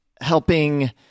helping